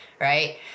right